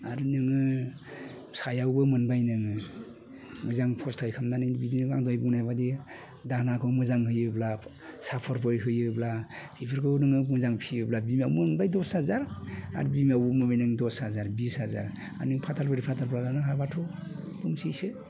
आरो नोङो फिसायावबो मोनबाय नोङो मोजां फस्थाय कामना नै बिदिनो दानाखौ मोजां होयोब्ला साफरबो होयोब्ला एफोरबो नोङो मोजां होयोब्ला फिसायावबो मोनबाय नों दस हाजार आरो बिमारावबो मोनबाय नों दस हाजार बिस हाजार आरो नों फाथालब्रै फाथालबा लानो हाबाथ' मोनोसो